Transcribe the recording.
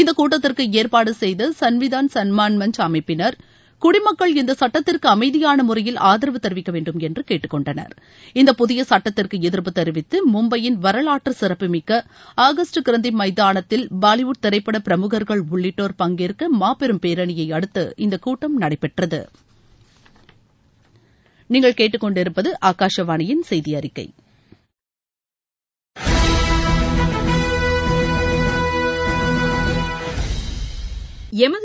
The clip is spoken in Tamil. இந்தக் கூட்டத்திற்கு ஏற்பாடு செய்த சன்விதான் சன்மான் மன்ச் அமைப்பினர் குடிமக்கள் இந்த சுட்டத்திற்கு அமைதியான முறையில் ஆதரவு தெரிவிக்க வேண்டும் என்று கேட்டுக்கொண்டனர் இந்த புதிய சுட்டத்திற்கு எதிர்ப்பு தெரிவித்து மும்பையின் வரலாற்று சிறப்பு மிக்க ஆகஸ்ட் கிரன்தி மைதானத்தில் பாலிவுட் திரைப்பட பிரமுகர்கள் உள்ளிட்டோர் பங்கேற்ற மாபெரும் பேரணியை அடுத்து இந்த கூட்டம் நடைபெற்றது